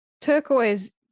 turquoise